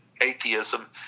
atheism